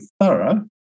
thorough